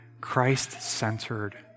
Christ-centered